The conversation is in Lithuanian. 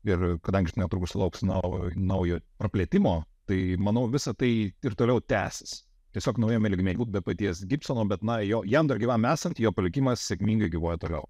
ir kadangi netrukus lauks naujo praplėtimo tai manau visa tai ir toliau tęsis tiesiog naujame lygmeny be paties gibsono bet na jo jam gyvam esant jo palikimas sėkmingai gyvuoja toliau